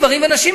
גברים ונשים,